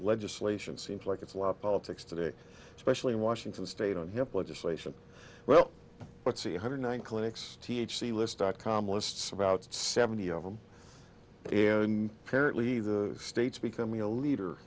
legislation seems like it's a lot of politics today especially in washington state on hip legislation well let's see hundred nine clinics t h c list dot com lists about seventy of them and apparently the states becoming a leader